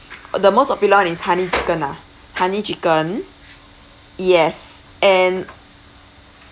the most popular one is honey chicken lah honey chicken yes and